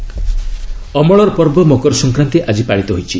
ମକର ସଂକ୍ରାନ୍ତି ଅମଳର ପର୍ବ ମକର ସଂକ୍ରାନ୍ତି ଆଜି ପାଳିତ ହୋଇଛି